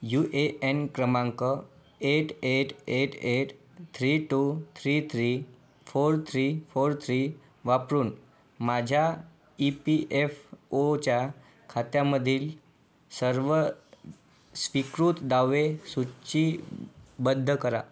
you A N क्रमांक eight eight eight eight three two three three four three four three वापरून माझ्या E P F ओच्या खात्यामधील सर्व स्वीकृत दावे सूचीबद्ध करा